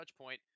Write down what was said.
Touchpoint